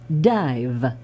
Dive